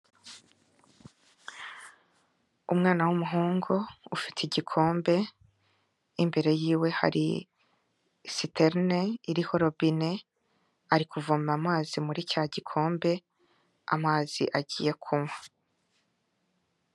Umwana w'umuhungu, ufite igikombe, imbere y'iwe hari siterine iriho robine, ari kuvoma amazi muri cya gikombe, amazi agiye kunywa.